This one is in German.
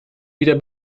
wieder